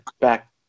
back